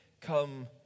Come